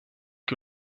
que